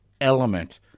element